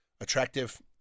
attractive